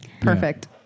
Perfect